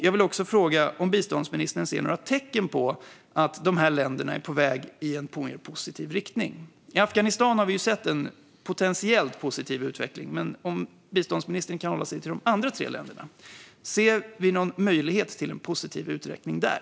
Jag vill också fråga om biståndsministern ser några tecken på att dessa länder är på väg i en mer positiv riktning. I Afghanistan har vi sett en potentiellt positiv utveckling, men om biståndsministern kan hålla sig till de andra tre länderna: Ser vi någon möjlighet till en positiv utveckling där?